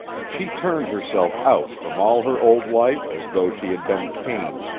she turned herself out from all her old life as though she had been cain,